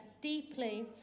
deeply